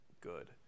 good